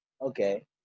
okay